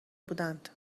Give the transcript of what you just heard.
بودند